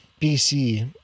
BC